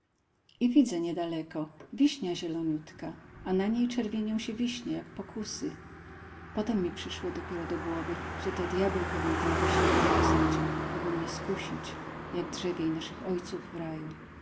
i widzę niedaleko wiśnia zieleniutka a na niej czerwienią się wiśnie jak pokusy potem mi przyszło dopiero do głowy że to djabeł pewnie tę wiśnię tam posadził aby mnie skusić jak drzewiej naszych ojców w raju